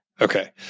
Okay